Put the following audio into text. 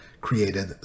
created